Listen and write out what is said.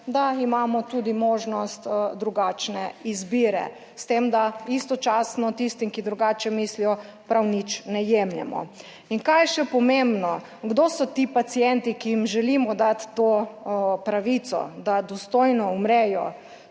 da imamo tudi možnost drugačne izbire, s tem, da istočasno tistim, ki drugače mislijo, prav nič ne jemljemo. In kaj je še pomembno? Kdo so ti pacienti, ki jim želimo dati to pravico, da dostojno umrejo?